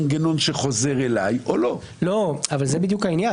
במנגנון של פינג פונג, של איזושהי התגברות,